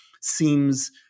seems